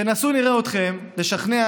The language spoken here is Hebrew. תנסו, נראה אתכם, לשכנע